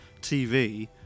TV